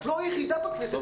את לא היחידה בכנסת.